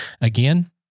again